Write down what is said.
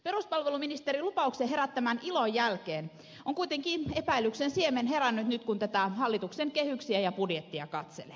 peruspalveluministerin lupauksen herättämän ilon jälkeen on kuitenkin epäilyksen siemen herännyt nyt kun näitä hallituksen kehyksiä ja budjettia katselee